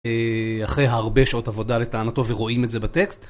אחרי הרבה שעות עבודה לטענתו, ורואים את זה בטקסט.